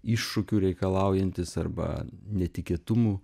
iššūkių reikalaujantis arba netikėtumų